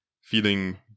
Feeling